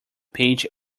page